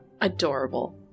Adorable